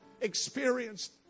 experienced